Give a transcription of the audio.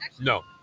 no